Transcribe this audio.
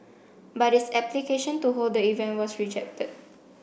but its application to hold the event was rejected